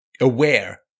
aware